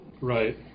right